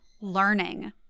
learning